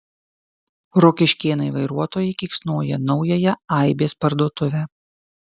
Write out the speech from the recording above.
rokiškėnai vairuotojai keiksnoja naująją aibės parduotuvę